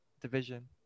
division